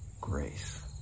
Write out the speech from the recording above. grace